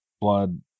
blood